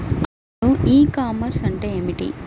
అసలు e commerce అంటే ఏమిటి?